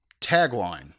Tagline